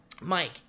Mike